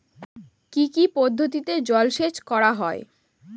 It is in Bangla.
কি কি পদ্ধতিতে জলসেচ করা হয়?